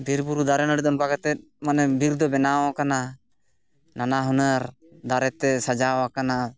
ᱵᱤᱨᱵᱩᱨᱩ ᱫᱟᱨᱮ ᱱᱟᱲᱤᱫᱚ ᱚᱱᱠᱟ ᱠᱟᱛᱮᱫ ᱢᱟᱱᱮ ᱵᱤᱨ ᱫᱚ ᱵᱮᱱᱟᱣ ᱠᱟᱱᱟ ᱱᱟᱱᱟ ᱦᱩᱱᱟᱹᱨ ᱫᱟᱨᱮᱛᱮ ᱥᱟᱡᱟᱣᱟᱠᱟᱱᱟ